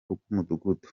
rw’umudugudu